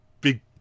big